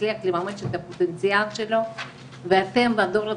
יצליח לממש את הפוטנציאל שלו ואתם בדור בצעיר,